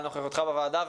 על נוכחותך בוועדה,